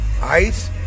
ICE